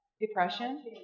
depression